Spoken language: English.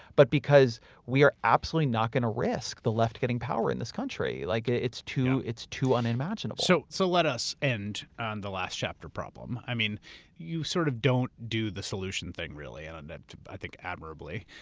but because we are absolutely not going to risk the left getting power in this country. like it's it's too unimaginable. so, so let us end on the last chapter problem. i mean you sort of don't do the solution thing really and and i think admirably,